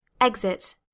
Exit